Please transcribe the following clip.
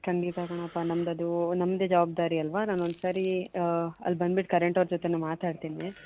ಖಂಡಿತ ಕಣಪ್ಪ ನಮ್ದು ಅದೂ ನಮ್ಮದೇ ಜವಾಬ್ದಾರಿ ಅಲ್ಲವ ನಾನು ಒಂದು ಸಾರಿ ಅಲ್ಲಿ ಬಂದ್ಬಿಟ್ಟು ಕರೆಂಟವ್ರ ಜೊತೇನೂ ಮಾತಾಡ್ತೀನಿ